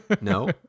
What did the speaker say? no